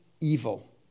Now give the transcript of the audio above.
evil